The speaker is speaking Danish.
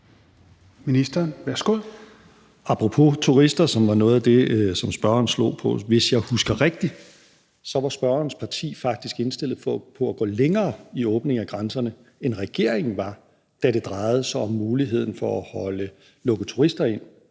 (Nick Hækkerup): Apropos turister, som var noget af det, spørgeren slog på: Hvis jeg husker rigtigt, var spørgerens parti faktisk indstillet på at gå længere i åbningen af grænserne, end regeringen var, da det drejede sig om muligheden for at lukke turister ind,